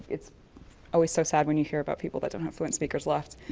it's always so sad when you hear about people that don't have fluent speakers left.